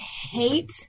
hate